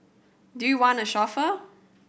do you want a chauffeur